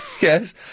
yes